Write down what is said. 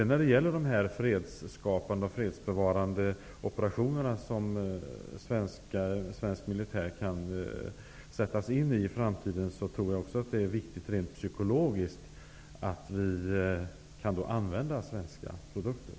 När det gäller de fredsbevarande operationer som svensk militär i framtiden kan komma att sättas in i tror jag att det är viktigt rent psykologiskt att vi kan använda svenska produkter.